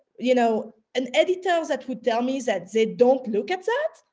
you know, an editor that would tell me that they don't look at that,